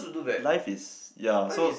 life is ya so